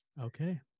Okay